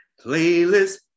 playlist